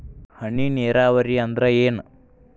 ಹನಿ ನೇರಾವರಿ ಅಂದ್ರ ಏನ್?